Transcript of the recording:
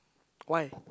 why